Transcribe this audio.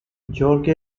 jorge